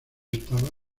estaba